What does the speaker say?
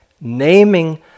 naming